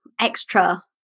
extra